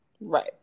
Right